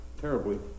terribly